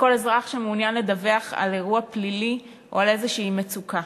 לכל אזרח שמעוניין לדווח על אירוע פלילי או על איזושהי מצוקה.